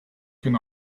can